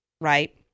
Right